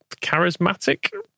charismatic